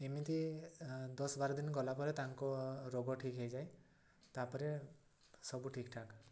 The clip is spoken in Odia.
ଏମିତି ଦଶ ବାର ଦିନ ଗଲାପରେ ତାଙ୍କ ରୋଗ ଠିକ୍ ହେଇଯାଏ ତାପରେ ସବୁ ଠିକ୍ଠାକ୍